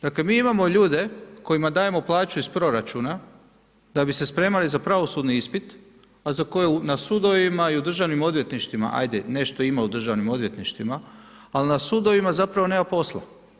Dakle mi imamo ljude kojima dajemo plaću iz proračuna da bi se spremali za pravosudni ispit a za koje na sudovima i u državnim odvjetništvima, ajde, nešto ima u državnim odvjetništvima ali na sudovima zapravo nema posla.